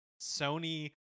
Sony